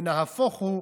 ונהפוך הוא,